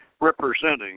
representing